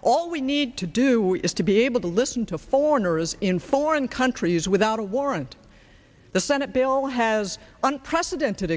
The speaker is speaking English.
all we need to do is to be able to listen to foreigners in foreign countries without a warrant the senate bill has unprecedented